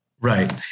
Right